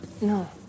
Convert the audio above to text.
No